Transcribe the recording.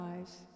eyes